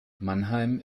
mannheim